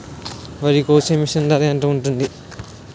వరి కోసే మిషన్ ధర ఎంత ఉంటుంది?